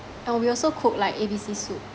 and we also cook like A_B_C soup